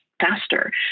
faster